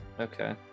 Okay